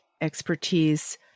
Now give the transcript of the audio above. expertise